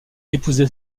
épousé